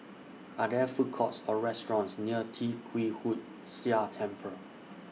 Are There Food Courts Or restaurants near Tee Kwee Hood Sia Temple